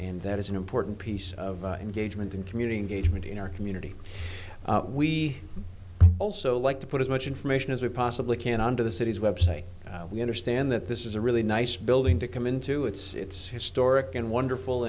and that is an important piece of engagement in community engagement in our community we also like to put as much information as we possibly can onto the city's website we understand that this is a really nice building to come into it's historic and wonderful